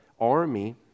army